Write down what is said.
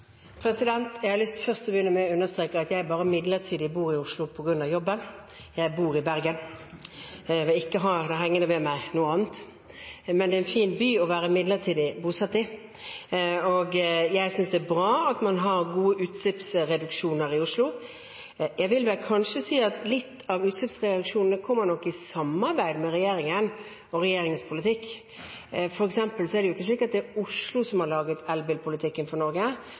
Jeg har lyst til å begynne med å understreke at jeg bare midlertidig bor i Oslo, på grunn av jobben – jeg bor i Bergen. Noe annet vil jeg ikke ha hengende ved meg. Men det er en fin by å være midlertidig bosatt i, og jeg synes det er bra at man har gode utslippsreduksjoner i Oslo. Jeg vil vel kanskje si at litt av utslippsreduksjonene nok kommer i samarbeid med regjeringen og regjeringens politikk. For eksempel er det ikke slik at det er Oslo som har laget elbilpolitikken for Norge